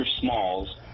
Smalls